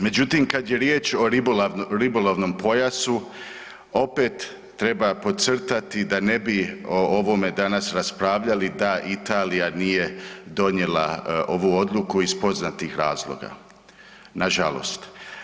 Međutim, kad je riječ o ribolovnom pojavu, opet treba podcrtati da ne bi o ovome danas raspravljali da Italija nije donijela ovu odluku iz poznatih razloga, nažalost.